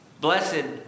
Blessed